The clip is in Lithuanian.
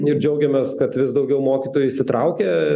ir džiaugiamės kad vis daugiau mokytojų įsitraukia